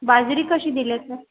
बाजरी कशी दिली आहे सर